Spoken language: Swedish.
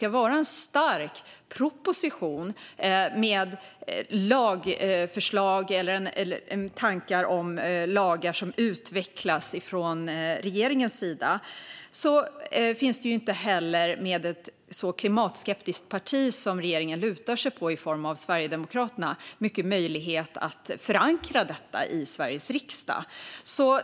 En stark proposition från regeringens sida, med lagförslag eller tankar om lagar som utvecklas, finns det med ett så klimatskeptiskt parti som det regeringen lutar sig på - Sverigedemokraterna - inte så mycket möjlighet att förankra i Sveriges riksdag.